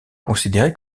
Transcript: considérée